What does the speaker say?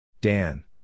Dan